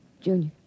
Junior